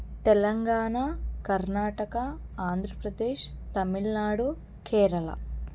Telangana Karnataka Andhra Pradesh Tamil Nadu Kerala